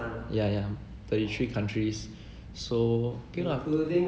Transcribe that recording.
yeah yeah thirty three countries so okay lah